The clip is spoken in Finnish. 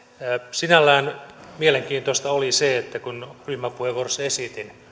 sinällään mielenkiintoista oli se että kun ryhmäpuheenvuorossa esitin